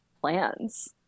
plans